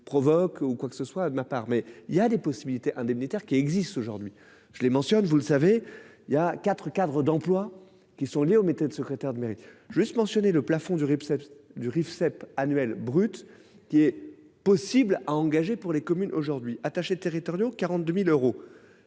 quoi que ce soit de ma part mais il y a des possibilités indemnitaire qui existe aujourd'hui. Je les mentionne, vous le savez, il y a 4 Cadre d'emplois qui sont liées au métier de secrétaire de mairie juste mentionner le plafond du riz du Rifseep annuel brut qui est possible a engagé pour les communes aujourd'hui attachés territoriaux, 42.000 euros.